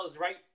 right